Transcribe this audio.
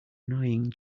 annoying